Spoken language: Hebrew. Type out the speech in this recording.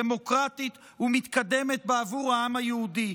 דמוקרטית ומתקדמת בעבור העם היהודי.